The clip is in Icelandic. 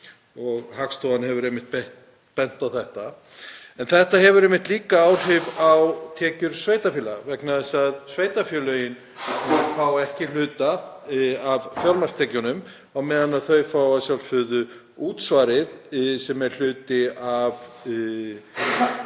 og Hagstofan hefur einmitt bent á það. Þetta hefur líka áhrif á tekjur sveitarfélaga vegna þess að sveitarfélögin fá ekki hluta af fjármagnstekjunum á meðan þau fá að sjálfsögðu útsvarið, sem er hluti af